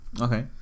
Okay